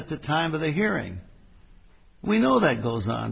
at the time of the hearing we know that goes on